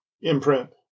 imprint